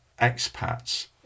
expats